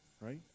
right